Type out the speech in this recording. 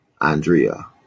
Andrea